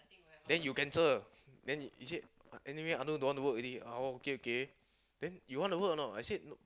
then you cancel then you said anyway I also don't wanna work already uh oh okay okay then you wanna work or not I said no